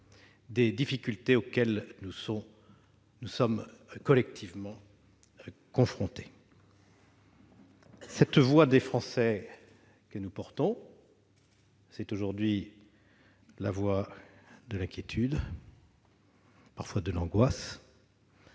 des difficultés auxquelles nous sommes collectivement confrontés. Cette voix des Français que nous portons, c'est aujourd'hui celle de l'inquiétude, de l'angoisse